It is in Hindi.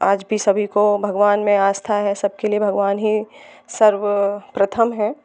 आज भी सभी को भगवान में आस्था है सबके लिए भगवान ही सर्व प्रथम हैं